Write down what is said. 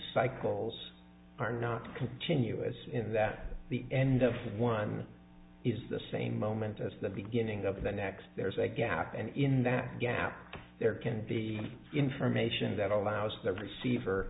cycles are not continuous in that the end of one is the same moment as the beginning of the next there's a gap and in that gap there can be information that allows the receiver